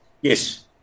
Yes